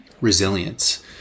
resilience